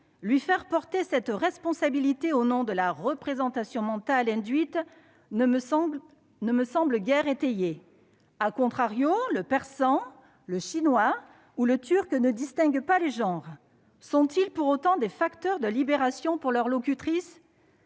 Lui faire porter cette responsabilité au nom de la « représentation mentale » induite ne me semble guère étayé., le persan, le chinois ou le turc ne distinguent pas les genres : sont-ils pour autant des facteurs de libération pour leurs locutrices ?